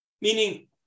Meaning